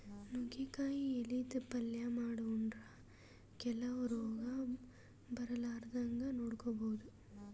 ನುಗ್ಗಿಕಾಯಿ ಎಲಿದ್ ಪಲ್ಯ ಮಾಡ್ ಉಂಡ್ರ ಕೆಲವ್ ರೋಗ್ ಬರಲಾರದಂಗ್ ನೋಡ್ಕೊಬಹುದ್